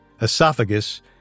esophagus